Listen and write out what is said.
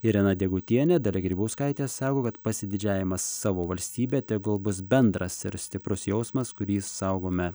irena degutienė dalia grybauskaitė sako kad pasididžiavimas savo valstybe tegul bus bendras ir stiprus jausmas kurį saugome